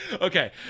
okay